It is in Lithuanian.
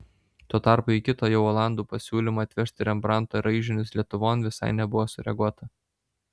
tuo tarpu į kitą jau olandų pasiūlymą atvežti rembrandto raižinius lietuvon visai nebuvo sureaguota